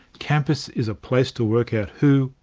campus is a place to work out who,